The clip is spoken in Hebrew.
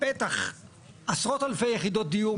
בטח עשרות אלפי יחידות דיור.